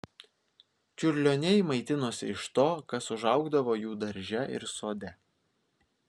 čiurlioniai maitinosi iš to kas užaugdavo jų darže ir sode